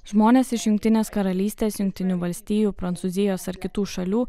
žmonės iš jungtinės karalystės jungtinių valstijų prancūzijos ar kitų šalių